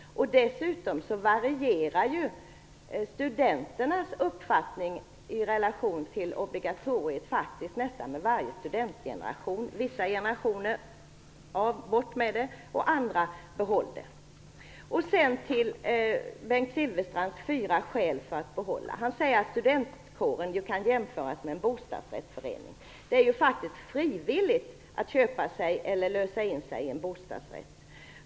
Dessutom varierar studenternas uppfattning om obligatoriet faktiskt nästan med varje studentgeneration. Vissa generationer tycker att det skall bort. Andra tycker att det skall behållas. Bengt Silfverstrand tog upp fyra skäl för att kårobligatoriet skall behållas. Han säger för det första att studentkåren kan jämföras med en bostadsrättsförening. Det är faktiskt frivilligt att köpa sig en bostadsrätt.